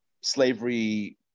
slavery